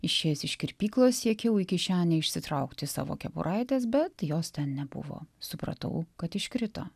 išėjęs iš kirpyklos siekiau į kišenę išsitraukti savo kepuraites bet jos ten nebuvo supratau kad iškrito